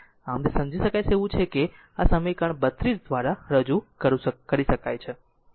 આમ તે સમજી શકાય તેવું છે કે આ સમીકરણ 32 દ્વારા રજૂ કરી શકાય